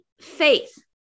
faith